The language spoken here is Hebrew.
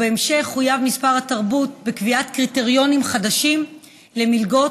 בהמשך חויב משרד התרבות לקבוע קריטריונים חדשים למלגות,